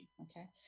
okay